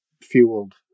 fueled